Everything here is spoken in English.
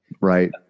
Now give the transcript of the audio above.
Right